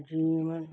ਜੀਵਨ